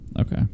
Okay